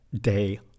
day